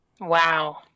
Wow